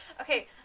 Okay